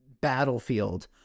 battlefield